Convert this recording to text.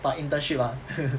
but internship ah